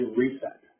reset